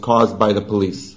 caused by the police